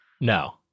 No